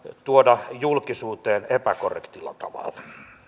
tuoda julkisuuteen epäkorrektilla tavalla